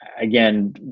again